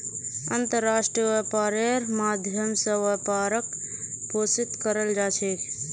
अन्तर्राष्ट्रीय व्यापारेर माध्यम स व्यापारक पोषित कराल जा छेक